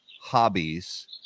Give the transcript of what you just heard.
hobbies